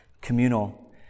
communal